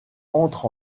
entre